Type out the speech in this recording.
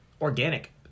Organic